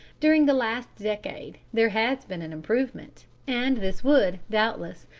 during the last decade there has been an improvement, and this would, doubtless,